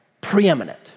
preeminent